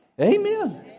Amen